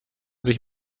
sich